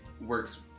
works